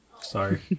Sorry